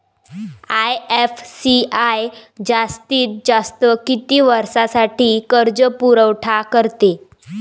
IFCI जास्तीत जास्त किती वर्षासाठी कर्जपुरवठा करते?